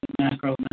Macro